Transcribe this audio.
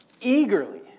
eagerly